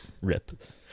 rip